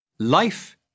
Life